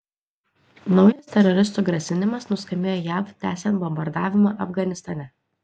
naujas teroristų grasinimas nuskambėjo jav tęsiant bombardavimą afganistane